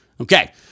Okay